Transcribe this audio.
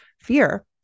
fear